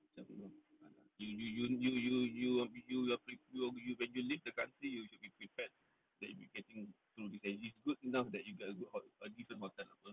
macam you know !alah! you you you you you you are you are when you leave the country you should be prepared that you will be getting through this which is good enough that you get a good hotel a decent hotel apa